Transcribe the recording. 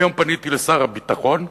היום פניתי לשר הביטחון,